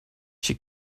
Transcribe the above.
she